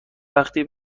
وقتی